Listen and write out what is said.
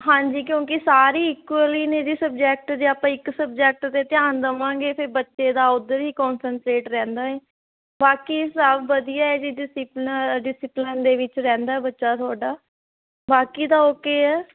ਹਾਂਜੀ ਕਿਉਂਕਿ ਸਾਰੀ ਇਕੁਅਲੀ ਨੇ ਜੀ ਸਬਜੈਕਟ ਜੇ ਆਪਾਂ ਇੱਕ ਸਬਜੈਕਟ 'ਤੇ ਧਿਆਨ ਦੇਵਾਂਗੇ ਫਿਰ ਬੱਚੇ ਦਾ ਉੱਧਰ ਹੀ ਕੋਂਨਸਟਰੇਟ ਰਹਿੰਦਾ ਬਾਕੀ ਸਭ ਵਧੀਆ ਜੀ ਡਿਸਿਪਲਨਰ ਡਿਸਿਪਲਨ ਦੇ ਵਿੱਚ ਰਹਿੰਦਾ ਬੱਚਾ ਤੁਹਾਡਾ ਬਾਕੀ ਤਾਂ ਓਕੇ ਹੈ